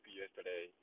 yesterday